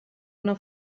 una